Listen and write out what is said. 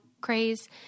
craze